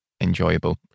enjoyable